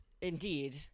Indeed